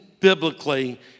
biblically